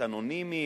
אנונימית,